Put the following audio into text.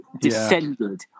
descended